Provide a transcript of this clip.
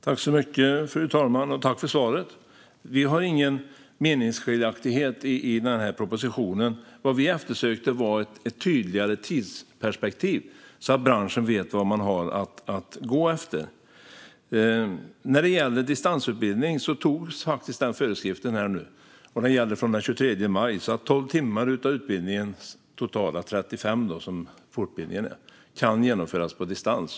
Fru talman! Jag tackar för svaret. Vi har ingen meningsskiljaktighet när det gäller propositionen. Det vi eftersökte var ett tydligare tidsperspektiv så att branschen vet vad den har att gå efter. När det gäller distansutbildning har en föreskrift antagits som gäller från den 23 maj. Av fortbildningens totalt 35 timmar kan nu 12 genomföras på distans.